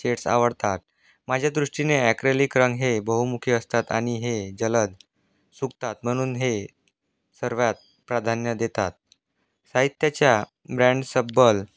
shades आवडतात माझ्या दृष्टीने ॲक्रेलिक रंग हे बहुमुखी असतात आणि हे जलद सुकतात म्हणून हे सर्वात प्राधान्य देतात साहित्याच्या ब्रँड सब्बल